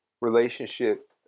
relationship